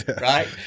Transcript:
right